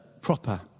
proper